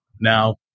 now